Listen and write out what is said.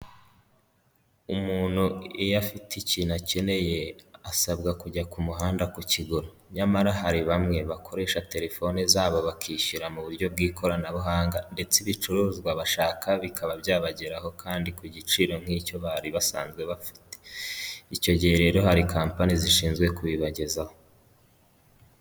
Umuntu iyo afite ikintu akeneye asabwa kujya ku muhanda ku kigura. Nyamara hari bamwe bakoresha telefone zabo bakishyura mu buryo bw'ikoranabuhanga ndetse ibicuruzwa bashaka bikaba byabageraho kandi ku giciro nk'icyo bari basanzwe bafite. Icyo gihe rero hari kampani zishinzwe kubibagezaho.